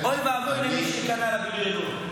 אוי ואבוי למי שייכנע לבריונות.